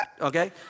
okay